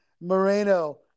Moreno